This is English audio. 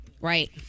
Right